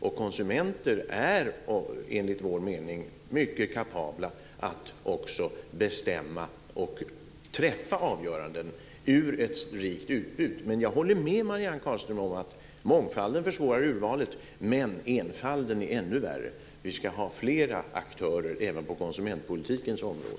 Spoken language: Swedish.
Och konsumenter är, enligt vår mening, mycket kapabla att träffa avgöranden ur ett rikt utbud. Jag håller med Marianne Carlström om att mångfalden försvårar urvalet, men enfalden är ännu värre. Vi ska ha flera aktörer även på konsumentpolitikens område.